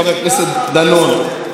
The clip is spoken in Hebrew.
חבר הכנסת דנון,